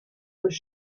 was